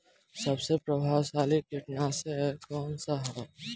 सबसे प्रभावशाली कीटनाशक कउन सा ह?